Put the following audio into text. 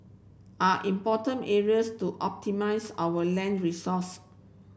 are important areas to optimise our land resource